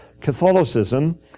Catholicism